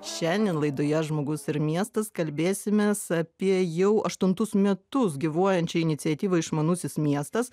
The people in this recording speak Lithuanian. šiandien laidoje žmogus ir miestas kalbėsimės apie jau aštuntus metus gyvuojančią iniciatyvą išmanusis miestas